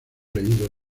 leído